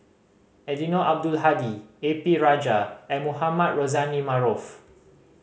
Eddino Abdul Hadi A P Rajah and Mohamed Rozani Maarof